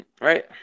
Right